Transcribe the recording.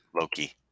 Loki